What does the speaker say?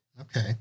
Okay